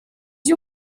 you